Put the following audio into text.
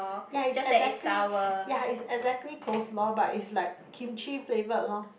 ya is exactly ya is exactly coleslaw but is like Kimchi flavored loh